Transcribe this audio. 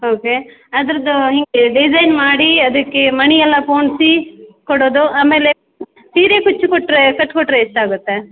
okay ಅದರದು ಹೀಗೆ design ಮಾಡಿ ಅದಕ್ಕೆ ಮಣಿ ಎಲ್ಲ ಪೋಣಿಸಿ ಕೊಡೋದು ಆಮೇಲೆ ಸೀರೆ ಕುಚ್ಚು ಕೊಟ್ಟರೆ ಕಟ್ಟಿ ಕೊಟ್ಟರೆ ಎಷ್ಟಾಗುತ್ತೆ